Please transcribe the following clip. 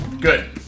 good